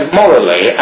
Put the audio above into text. morally